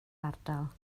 ardal